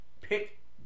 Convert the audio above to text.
pick